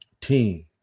team